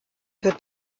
wird